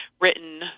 written